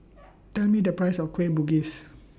Tell Me The Price of Kueh Bugis